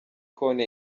konti